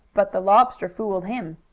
but the lobster fooled him.